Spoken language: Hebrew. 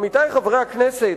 עמיתי חברי הכנסת,